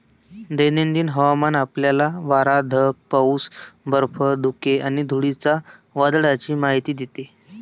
दैनंदिन हवामान आपल्याला वारा, ढग, पाऊस, बर्फ, धुके आणि धुळीच्या वादळाची माहिती देते